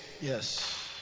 Yes